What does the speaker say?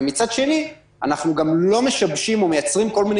ומצד שני אנחנו גם לא משבשים ומייצרים כל מיני